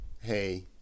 hey